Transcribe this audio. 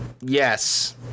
Yes